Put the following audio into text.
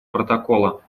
протокола